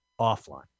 offline